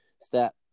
step